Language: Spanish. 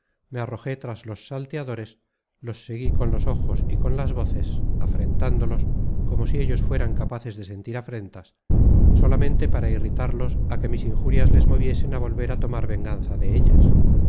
me arrojé tras los salteadores los seguí con los ojos y con las voces afrentándolos como si ellos fueran capaces de sentir afrentas solamente para irritarlos á que mis injurias les moviesen á volver á tomar venganza de ellas